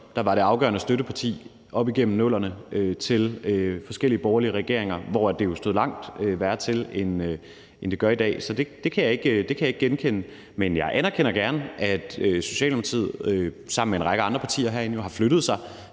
der var det afgørende støtteparti op igennem 00'erne til forskellige borgerlige regeringer, hvor det jo stod langt værre til, end det gør i dag. Så det kan jeg ikke genkende. Men jeg anerkender gerne, at Socialdemokratiet sammen med en række andre partier herinde har flyttet sig